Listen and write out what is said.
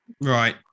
Right